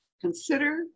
Consider